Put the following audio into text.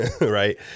right